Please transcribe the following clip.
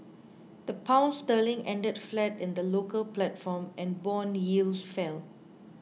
the Pound sterling ended flat in the local platform and bond yields fell